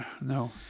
No